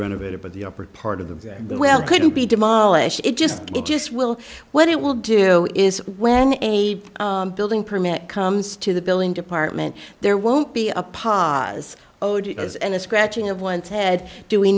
renovated but the upper part of the well could be demolished it just it just will what it will do is when a building permit comes to the building department there won't be a pas owed us and the scratching of one's head do we